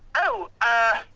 oh, um